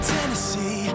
Tennessee